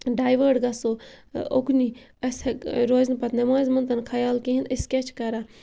ڈایوٲٹ گژھو اُکنُے اَسہِ ہٮ۪ک روزِ نہٕ پَتہٕ نٮ۪مازِ مَنز تہِ نہٕ خیال کِہیٖنۍ أسۍ کیٛاہ چھِ کَران